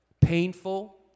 Painful